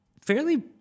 fairly